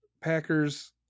Packers